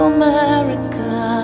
America